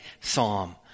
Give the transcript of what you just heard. psalm